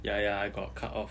ya ya I got cut off